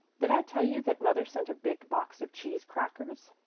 did i tell you that mother sent a big box of cheese crackers?